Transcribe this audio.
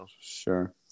Sure